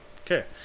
Okay